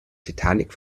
titanic